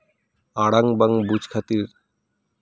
ᱟᱲᱟᱝ ᱵᱟᱝ ᱵᱩᱡᱽ ᱠᱷᱟᱹᱛᱤᱨ